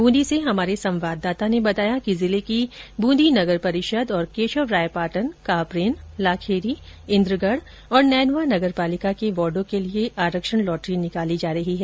बूंदी से हमारे संवाददाता ने बताया कि जिले की बूंदी नगर परिषद और केशवरायपाटन कापरेन लाखेरी इन्द्रगढ़ और नैनवा नगर पालिका के वार्डो के लिए आरक्षण लॉटरी निकाली जा रही है